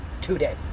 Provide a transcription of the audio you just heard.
today